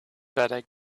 better